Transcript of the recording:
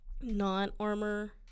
non-armor